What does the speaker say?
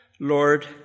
Lord